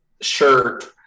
shirt